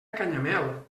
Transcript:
canyamel